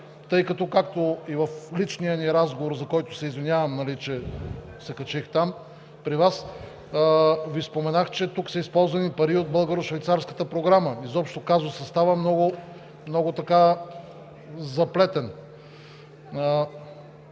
тъй като, както и в личния ни разговор, за който се извинявам, че се качих при Вас, Ви споменах, че тук са използвани пари от Българо-швейцарската програма. Казусът става много заплетен.